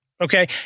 okay